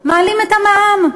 מעלים את המע"מ.